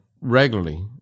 regularly